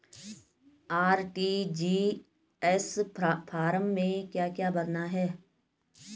RTGS form में क्या क्या भरना है?